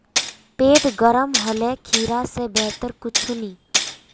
पेट गर्म होले खीरा स बेहतर कुछू नी